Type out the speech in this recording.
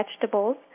vegetables